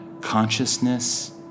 consciousness